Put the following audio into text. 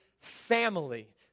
family